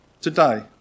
today